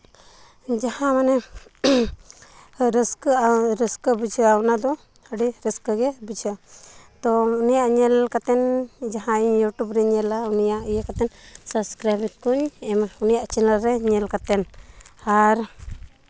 ᱡᱟᱦᱟᱸ ᱢᱟᱱᱮ ᱨᱟᱹᱥᱠᱟᱹ ᱨᱟᱹᱥᱠᱟᱹ ᱵᱩᱡᱷᱟᱹᱜᱼᱟ ᱚᱱᱟᱫᱚ ᱟᱹᱰᱤ ᱨᱟᱹᱥᱠᱟᱹᱜᱮ ᱵᱩᱡᱷᱟᱹᱜᱼᱟ ᱛᱚ ᱩᱱᱤᱭᱟᱜ ᱧᱮᱞ ᱠᱟᱛᱮᱫ ᱡᱟᱦᱟᱸ ᱤᱭᱩᱴᱩᱵᱽ ᱨᱤᱧ ᱧᱮᱞᱟ ᱩᱱᱤᱭᱟᱜ ᱤᱭᱟᱹ ᱠᱟᱛᱮᱫ ᱥᱟᱵᱥᱠᱨᱟᱭᱤᱵᱷ ᱠᱚᱧ ᱮᱢᱟ ᱩᱱᱤᱭᱟᱜ ᱪᱮᱱᱮᱞ ᱠᱚ ᱧᱮᱞ ᱠᱟᱛᱮᱫ ᱟᱨ